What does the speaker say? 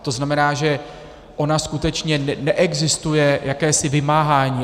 To znamená, že skutečně neexistuje jakési vymáhání.